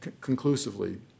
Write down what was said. conclusively